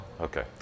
Okay